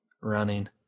Running